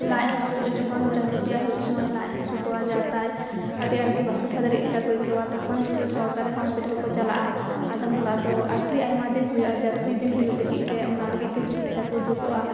ᱞᱟᱡ ᱦᱟᱥᱩᱜᱼᱟ ᱡᱚᱠᱷᱚᱱ ᱪᱟᱸᱫᱳ ᱛᱮᱭᱟᱜ ᱦᱩᱭᱩᱜ ᱥᱩᱢᱟᱹᱭ ᱞᱟᱡ ᱦᱟᱹᱥᱩ ᱠᱚᱣᱟ ᱡᱟ ᱛᱟᱭ ᱟᱹᱰᱤ ᱟᱸᱴ ᱜᱮ ᱵᱟᱠᱚ ᱛᱟᱦᱮᱸ ᱫᱟᱲᱮᱭᱟᱜ ᱞᱮᱠᱟ ᱠᱚ ᱟᱹᱭᱠᱟᱹᱣᱟ ᱛᱚᱠᱷᱚᱱ ᱥᱚᱨᱠᱟᱨᱤ ᱦᱚᱸᱥᱯᱤᱴᱟᱞ ᱠᱚ ᱪᱟᱞᱟᱜᱼᱟ ᱟᱫᱚᱢ ᱦᱚᱲᱟᱜ ᱫᱚ ᱟᱰᱤ ᱟᱭᱢᱟ ᱫᱤᱱ ᱦᱩᱭᱩᱜᱼᱟ ᱡᱟᱥᱛᱤ ᱫᱤᱱ ᱦᱩᱭᱩᱜ ᱞᱟᱹᱜᱤᱜ ᱛᱮ ᱚᱱᱟ ᱞᱟᱹᱜᱤᱜ ᱛᱮ ᱪᱤᱠᱤᱥᱥᱟ ᱠᱚ ᱩᱫᱩᱜᱚᱜᱼᱟ